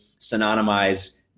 synonymize